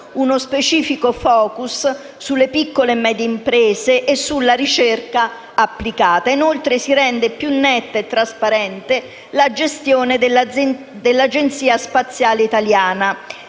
uno specifico *focus* sulle piccole e medie imprese e sulla ricerca applicata e inoltre rende più netta e trasparente la gestione dell'Agenzia spaziale italiana.